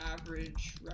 average